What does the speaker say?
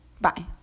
bye